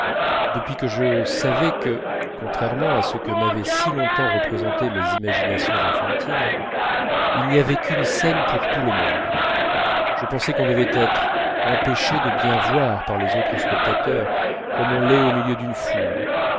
depuis que je savais que contrairement à ce que m'avaient si longtemps représenté mes imaginations enfantines il n'y avait qu'une scène pour tout le monde je pensais qu'on devait être empêché de bien voir par les autres spectateurs comme on l'est au milieu d'une foule